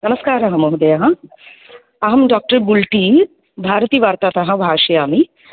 नमस्कारः महोदय अहं डोक्टर् बुल्टी भारतीवार्तातः भाषयामि